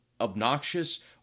obnoxious